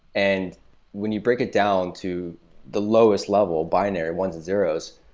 and when you break it down to the lowest level, binary, ones and zeroes,